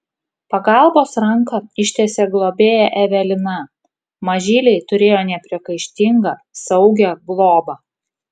pagalbos ranką ištiesė globėja evelina mažyliai turėjo nepriekaištingą saugią globą